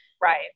Right